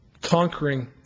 conquering